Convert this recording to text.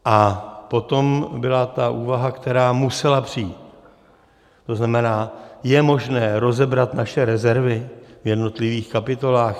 A potom byla úvaha, která musela přijít, to znamená je možné rozebrat naše rezervy v jednotlivých kapitolách?